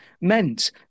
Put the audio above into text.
meant